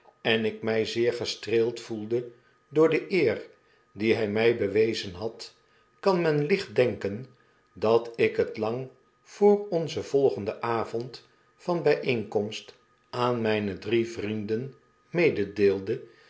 en ik my zeer gestreeld roelde door de eer die hy mij bewezen had kan men licht denken dat ik he lang vr onzen volgenden avond van byeenkomst aan myne drie vrienden